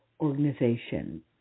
organization